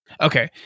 Okay